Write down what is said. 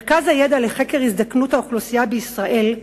מרכז הידע לחקר הזדקנות האוכלוסייה בישראל,